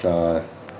चार